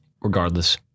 Regardless